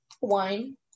wine